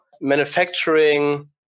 manufacturing